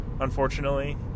unfortunately